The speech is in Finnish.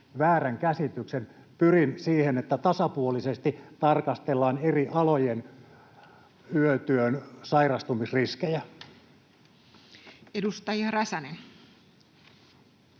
väärän käsityksen. Pyrin siihen, että tasapuolisesti tarkastellaan eri alojen yötyön sairastumisriskejä. [Speech